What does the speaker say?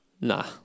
nah